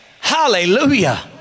Hallelujah